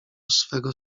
swego